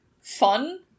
fun